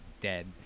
dead